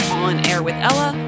onairwithella